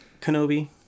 Kenobi